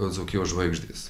dzūkijos žvaigždės